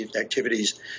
activities